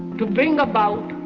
to bring about,